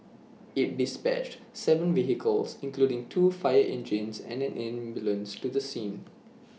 IT dispatched Seven vehicles including two fire engines and an ambulance to the scene